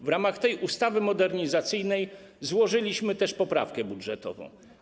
W ramach tej ustawy modernizacyjnej złożyliśmy też poprawkę budżetową.